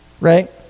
right